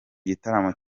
gitaramo